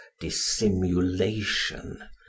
dissimulation